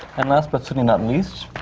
and last but certainly not least,